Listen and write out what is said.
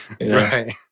Right